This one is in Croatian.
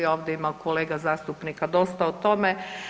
Ovdje ima kolega zastupnika dosta o tome.